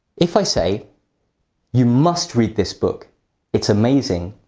if i say you must read this book it's amazing!